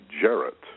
Jarrett